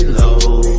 low